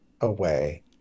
away